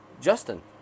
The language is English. Justin